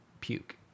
puke